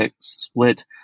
split